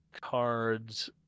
cards